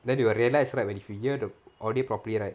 then you will realise right when if you hear the audio properly right